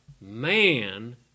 man